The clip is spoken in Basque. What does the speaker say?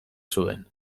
zuen